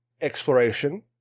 exploration